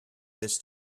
this